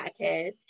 podcast